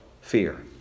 Fear